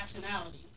nationality